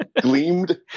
gleamed